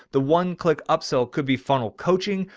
the one click upsell could be funnel coaching,